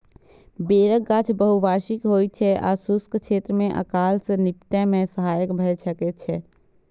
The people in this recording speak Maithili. बेरक गाछ बहुवार्षिक होइ छै आ शुष्क क्षेत्र मे अकाल सं निपटै मे सहायक भए सकै छै